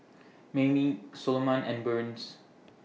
Mayme Soloman and Burns